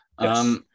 Yes